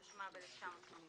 התשמ"ב-1982.